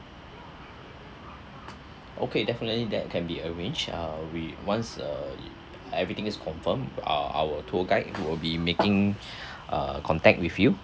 okay definitely that can be arranged uh we once err everything is confirmed our our tour guide who will be making uh contact with you